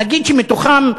נגיד שמתוכם,